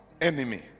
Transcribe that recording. enemy